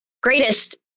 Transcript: greatest